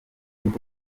y’uko